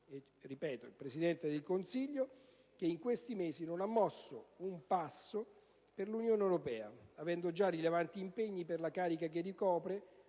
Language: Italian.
(ripeto), il Presidente del Consiglio, che in questi mesi non ha mosso un passo per l'Unione europea, avendo già rilevanti impegni per la carica che ricopre,